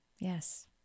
Yes